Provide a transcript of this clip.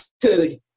food